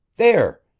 there!